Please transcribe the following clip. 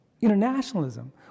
Internationalism